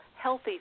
healthy